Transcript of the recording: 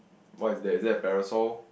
what is that is that a parasol